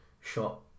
shot